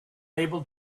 able